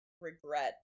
regret